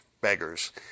beggars